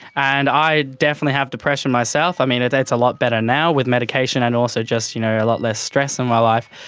and i definitely have depression myself. um and it's a lot better now with medication and also just you know yeah a lot less stress in my life,